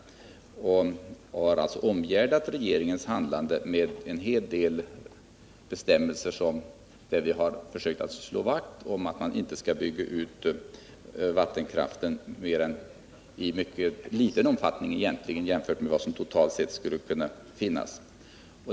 Regeringens handlande har omgärdats med en hel del bestämmelser, som syftar till att vattenkraften skall byggas ut i liten utsträckning, jämfört med vad som totalt sett skulle kunna göras.